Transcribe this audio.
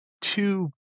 two